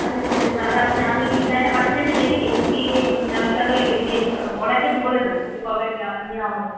আচ্ছা ঠিক আছে তাহলে আপনি আমি ডিজাইনটা পাঠাচ্ছি আপনি দেখে নিন দিয়ে আমি তাহলে ডেলিভা অর্ডার ডেট বলে দেবো যে কবে নেওয়া নেওয়া হবে